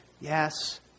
Yes